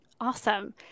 Awesome